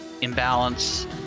imbalance